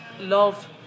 love